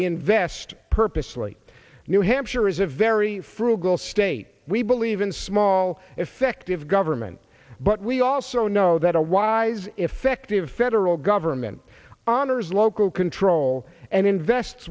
invest purposely new hampshire is a very frugal state we believe in small effective government but we also know that a wise effective federal government honors local control and invest